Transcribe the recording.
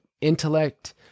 intellect